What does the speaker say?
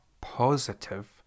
positive